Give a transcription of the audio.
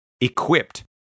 equipped